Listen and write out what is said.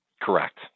Correct